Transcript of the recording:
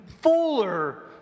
fuller